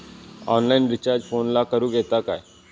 Online recharge फोनला करूक येता काय?